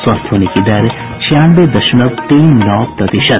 स्वस्थ होने की दर छियानवे दशमलव तीन नौ प्रतिशत